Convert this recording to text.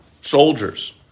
soldiers